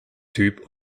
typ